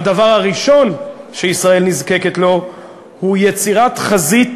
הדבר הראשון שישראל נזקקת לו הוא יצירת חזית